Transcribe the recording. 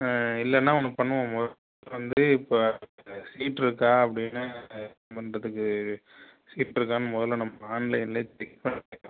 இல்லைன்னா ஒன்று பண்ணுவோம் மொத வந்து இப்போ சீட்ருக்கா அப்படினு வந்துட்டுக்கு சீட் இருக்கான் மொதலில் நம்ம ஆன்லைனில் செக் பண்ணிக்கலாம்